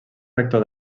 rector